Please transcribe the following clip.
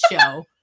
show